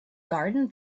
garden